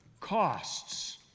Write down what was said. costs